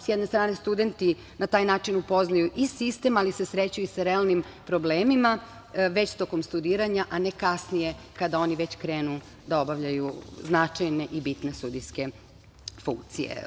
S jedne strane studenti na taj način upoznaju i sistem, ali se sreću i sa realnim problemima, već tokom studiranja, a ne kasnije kada oni već krenu da obavljaju značajne i bitne sudijske funkcije.